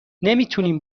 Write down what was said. نمیتونیم